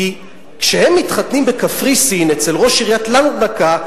כי כשהם מתחתנים בקפריסין אצל ראש עיריית לרנקה,